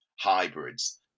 hybrids